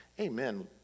amen